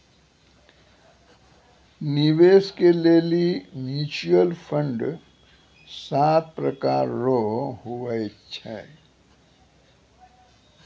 निवेश के लेली म्यूचुअल फंड सात प्रकार रो हुवै छै